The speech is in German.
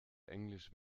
englisch